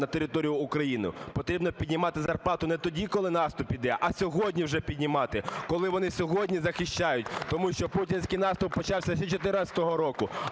на територію України. Потрібно піднімати зарплату не тоді, коли наступ іде, а сьогодні вже піднімати, коли вони сьогодні захищають! Тому що путінський наступ почався з 14-го року,